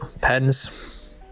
Pens